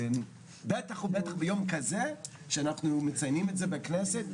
בטח ובטח ביום כזה שאנחנו מציינים את זה בכנסת,